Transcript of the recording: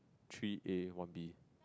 three A one B